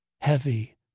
heavy